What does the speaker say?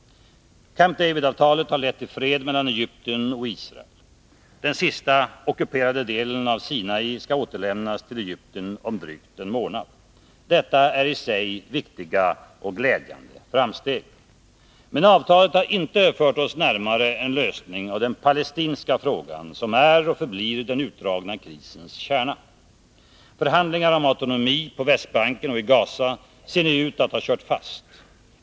Camp David-avtalet har lett till fred mellan Egypten och Israel. Den sista ockuperade delen av Sinai skall återlämnas till Egypten om drygt en månad. Detta är i sig viktiga och glädjande framsteg. Men avtalet har inte fört oss närmare en lösning av den palestinska frågan, som är och förblir den utdragna krisens kärna. Förhandlingarna om autonomi på Västbanken och i Gaza ser nu ut att ha kört fast.